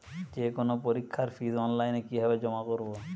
যে কোনো পরীক্ষার ফিস অনলাইনে কিভাবে জমা করব?